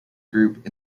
group